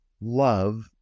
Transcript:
Love